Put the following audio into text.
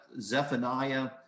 Zephaniah